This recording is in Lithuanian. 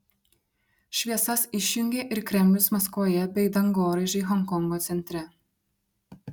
šviesas išjungė ir kremlius maskvoje bei dangoraižiai honkongo centre